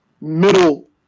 middle